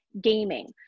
gaming